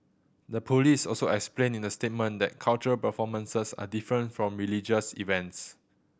the police also explained in the statement that cultural performances are different from religious events